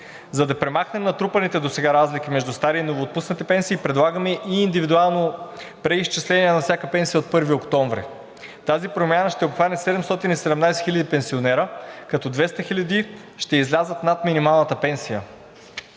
За да премахнем натрупаните досега разлики между старите и новоотпуснатите пенсии, предлагаме и индивидуално преизчисление на всяка пенсия от 1 октомври. Тази промяна ще обхване 717 хиляди пенсионери, като 200 хиляди ще излязат над минималната пенсия.